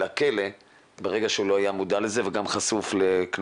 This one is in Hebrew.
"לכלא" ברגע שהוא לא היה מודע לזה וגם להיות חשוף לקנסות.